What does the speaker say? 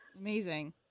amazing